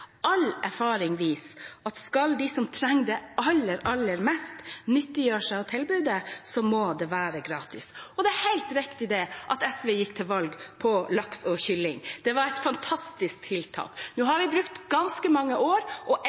gratis. Det er helt riktig at SV gikk til valg på laks og kylling. Det var et fantastisk tiltak. Nå har vi brukt ganske mange år, og